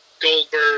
Goldberg